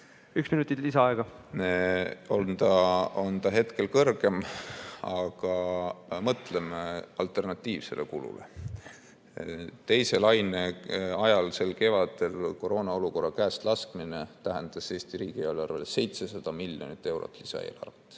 Üks minut lisaaega. Üks minut lisaaega. Aga mõtleme alternatiivsele kulule. Teise laine ajal sel kevadel koroonaolukorra käestlaskmine tähendas Eesti riigieelarvele 700 miljonit eurot lisaeelarvet.